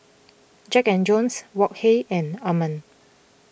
Jack and Jones Wok Hey and Anmum